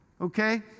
Okay